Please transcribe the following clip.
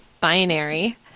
binary